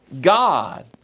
God